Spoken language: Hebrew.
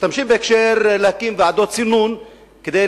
משתמשים בהקשר של הקמת ועדות סינון כדי